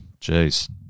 jeez